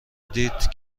دیدید